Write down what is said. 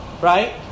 right